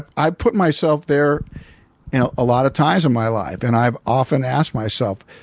and i've put myself there you know a lot of times in my life. and i've often asked myself,